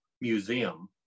museum